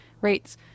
rates